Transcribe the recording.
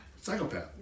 Psychopath